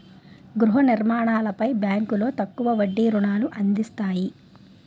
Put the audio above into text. గృహ నిర్మాణాలపై బ్యాంకులో తక్కువ వడ్డీ రుణాలు అందిస్తాయి